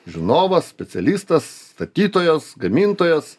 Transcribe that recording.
žinovas specialistas statytojas gamintojas